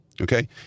okay